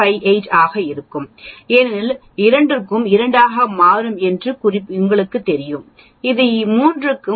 58 ஆக இருக்கும் ஏனெனில் 2 க்கு இது 2 ஆக மாறும் என்று உங்களுக்குத் தெரியும் இது 3 க்கு 0